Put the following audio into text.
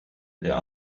their